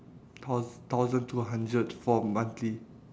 thou~ thousand two hundred for monthly